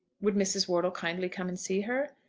would mrs. wortle kindly come and see her?